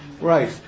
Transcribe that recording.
Right